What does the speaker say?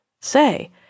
say